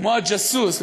כמו הג'אסוס טיבי,